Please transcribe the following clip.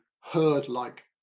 herd-like